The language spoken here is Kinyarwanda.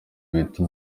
bita